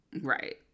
Right